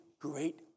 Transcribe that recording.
great